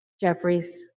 Jeffries